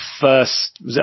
first